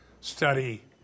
study